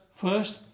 first